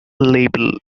label